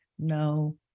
No